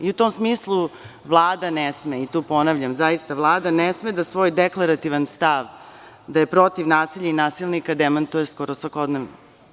U tom smislu, Vlada ne sme, i to ponavljam, Vlada ne sme da svoj deklarativan stav da je protiv nasilja i nasilnika demantuje skoro svakodnevno.